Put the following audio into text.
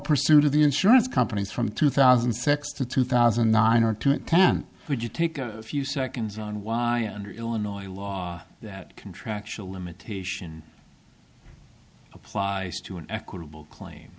pursuit of the insurance companies from two thousand and six to two thousand and nine or ten would you take a few seconds on why under illinois law that contractual limitation applies to an equitable claim